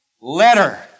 letter